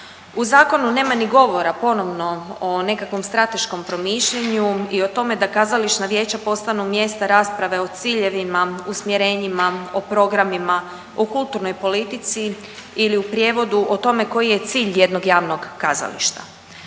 U zakonu nema ni govora ponovno o nekakvom strateškom promišljanju i o tome da kazališna vijeća postanu mjesta rasprave o ciljevima, usmjerenjima, o programima u kulturnoj politici ili u prijevodu o tome koji je cilj jednog javnog kazališta.